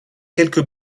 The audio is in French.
quelques